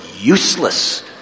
useless